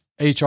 HR